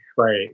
Right